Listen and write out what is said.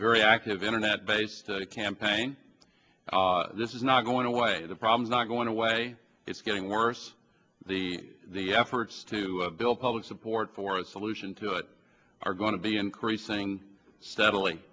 very active internet based campaign this is not going away the problem's not going away it's getting worse the the efforts to build public support for a solution to it are going to be increasing steadily